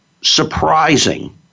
surprising